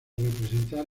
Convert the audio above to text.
representar